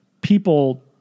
people